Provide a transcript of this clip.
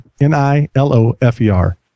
n-i-l-o-f-e-r